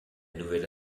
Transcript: nouvelle